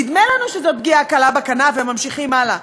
נדמה לנו שזאת פגיעה קלה בכנף והם ממשיכים הלאה,